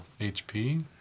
HP